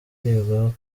kwigwaho